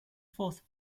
fourth